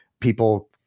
People